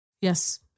Yes